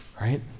right